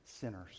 sinners